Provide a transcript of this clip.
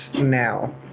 now